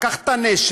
לקח את הנשק